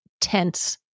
tense